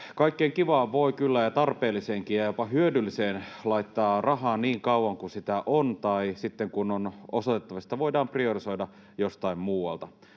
kaikkeen kivaan ja tarpeelliseenkin ja jopa hyödylliseen voi kyllä laittaa rahaa niin kauan kuin sitä on tai sitten, kun on osoitettavissa, että sitä voidaan priorisoida jostain muualta.